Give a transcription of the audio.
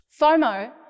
FOMO